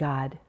God